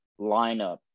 lineup